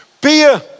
beer